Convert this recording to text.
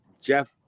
Jeff